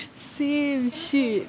same shit